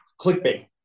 clickbait